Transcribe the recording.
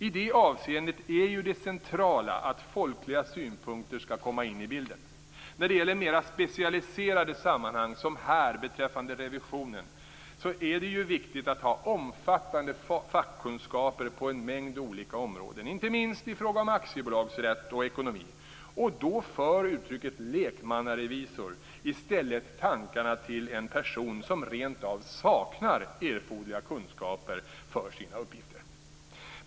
I det avseendet är ju det centrala att folkliga synpunkter skall komma in i bilden. När det gäller mera specialiserade sammanhang, som här beträffande revisionen, är det ju viktigt att ha omfattande fackkunskaper på en mängd olika områden, inte minst i fråga om aktiebolagsrätt och ekonomi, och då för uttrycket lekmannarevisor i stället tankarna till en person som rentav saknar erforderliga kunskaper för sina uppgifter.